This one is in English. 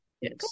Yes